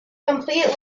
complete